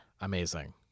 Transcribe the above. Amazing